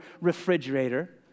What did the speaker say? refrigerator